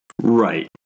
Right